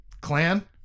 clan